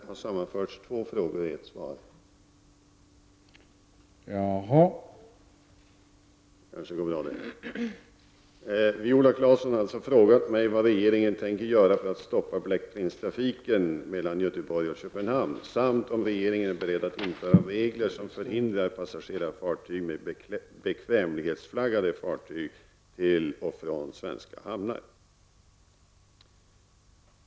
Herr talman! Viola Claesson har frågat mig vad regeringen tänker göra för att stoppa Black Prince-trafiken mellan Göteborg och Köpenhamn, samt om regeringen är beredd att införa regler som förhindrar passagerartrafik med bekvämlighetsflaggade fartyg till och från svenska hamnar.